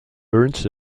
burns